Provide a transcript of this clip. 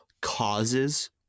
causes